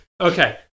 Okay